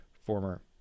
former